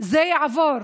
זה יעבור,